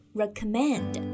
recommend